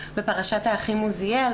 בפרשת האחים עוזיאל,